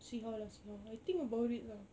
see how lah see how I think about it lah